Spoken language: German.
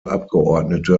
abgeordnete